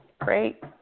Great